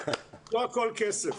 לא הכול כסף.